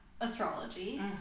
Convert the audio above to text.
astrology